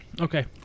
Okay